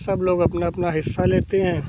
सब लोग अपना अपना हिस्सा लेते हैं